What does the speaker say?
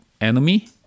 enemy